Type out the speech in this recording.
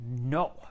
no